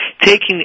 taking